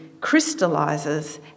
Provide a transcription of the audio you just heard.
crystallizes